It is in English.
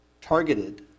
targeted